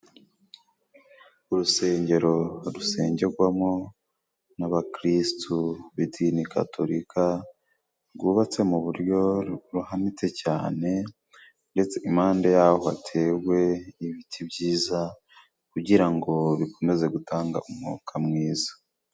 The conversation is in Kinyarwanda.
Urusengero rusengegwamo n'abakristu b'idini gatolika, gwubatse mu buryo ruhanitse cyane, ndetse impande y'aho hatewe ibiti byiza kugira ngo bikomeze gutanga umwuka mwiza.